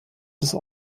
des